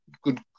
good